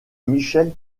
michel